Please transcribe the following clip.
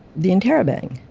the interrobang